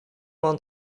vingt